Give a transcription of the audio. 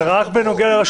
זה רק בנוגע לרשות